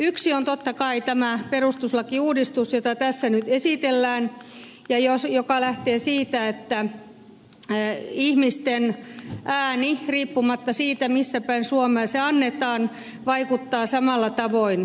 yksi on totta kai tämä perustuslakiuudistus jota tässä nyt esitellään ja joka lähtee siitä että ihmisten ääni riippumatta siitä missä päin suomea se annetaan vaikuttaa samalla tavoin